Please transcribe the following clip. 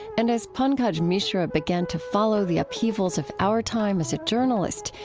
and as pankaj mishra began to follow the upheavals of our time, as a journalist,